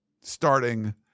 starting